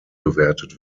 gewertet